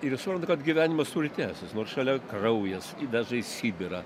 ir jie supranta kad gyvenimas turi tęstis nors šalia kraujas jį veža į sibirą